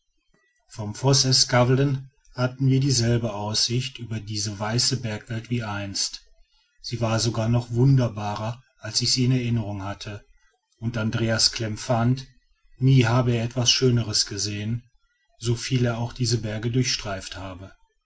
vom vosseskavlen hatten wir dieselbe aussicht über diese weiße bergweite wie einst sie war sogar noch wunderbarer als ich sie in der erinnerung hatte und andreas klem fand nie habe er etwas schöneres gesehen soviel er auch diese berge durchstreift habe